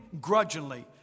grudgingly